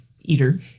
eater